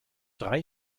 drei